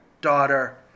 daughter